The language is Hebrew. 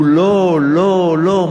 הוא לא, לא, לא?